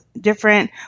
different